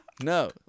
No